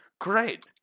Great